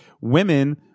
Women